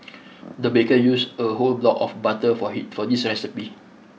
the baker used a whole block of butter for he for this recipe